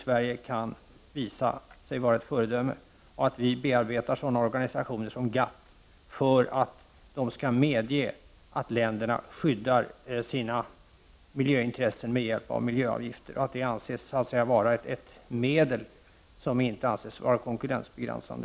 Sverige kan visa sig vara ett föredöme, och vi kan bearbeta sådana organisationer som GATT för att de skall medge att länderna skyddar sina miljöintressen med hjälp av miljöavgifter och att de anses vara ett medel som inte är konkurrensbegränsande.